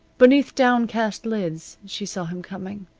beneath downcast lids she saw him coming.